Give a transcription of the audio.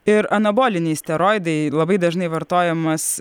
ir anaboliniai steroidai labai dažnai vartojamas